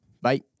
Bye